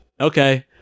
Okay